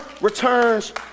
returns